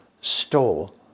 stole